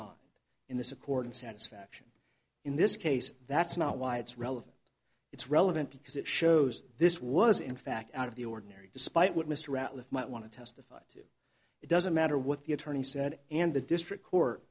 mind in this according satisfaction in this case that's not why it's relevant it's relevant because it shows this was in fact out of the ordinary despite what mr outwith might want to testify to it doesn't matter what the attorney said and the district court